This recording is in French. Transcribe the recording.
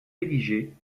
rédigée